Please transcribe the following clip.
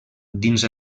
dins